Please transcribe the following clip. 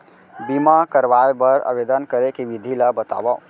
बीमा करवाय बर आवेदन करे के विधि ल बतावव?